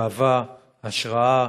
גאווה, השראה.